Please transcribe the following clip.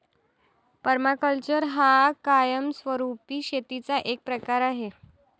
permaculture हा कायमस्वरूपी शेतीचा एक प्रकार आहे